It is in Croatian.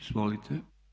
Izvolite.